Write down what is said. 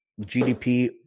GDP